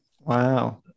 Wow